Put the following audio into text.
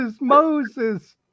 Moses